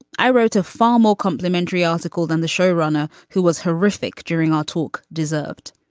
i wrote a far more complimentary article than the showrunner who was horrific during our talk deserved.